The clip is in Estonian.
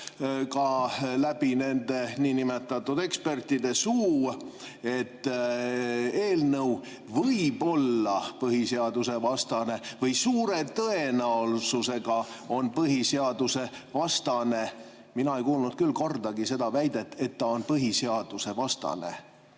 ka läbi nende niinimetatud ekspertide suu, et eelnõu võib olla põhiseadusevastane või suure tõenäosusega on põhiseadusevastane. Mina ei kuulnud küll kordagi seda väidet, et ta on põhiseadusevastane.